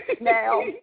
now